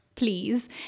please